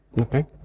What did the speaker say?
Okay